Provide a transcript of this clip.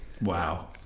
Wow